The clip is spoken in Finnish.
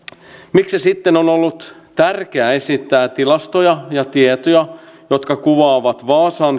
miksi sitten on ollut tärkeää esittää tilastoja ja tietoja jotka kuvaavat vaasan